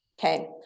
Okay